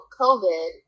COVID